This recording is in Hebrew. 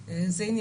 זה לא משנה.